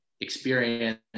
experience